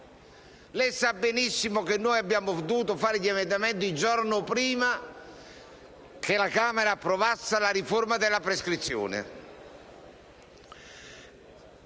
Lei sa benissimo che abbiamo dovuto presentare gli emendamenti il giorno prima che la Camera approvasse la riforma della prescrizione,